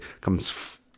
comes